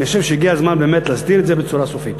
אני חושב שהגיע הזמן באמת להסדיר את זה בצורה סופית.